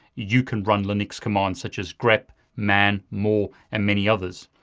you can run linux commands, such as grep, man, more, and many others.